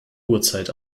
uhrzeit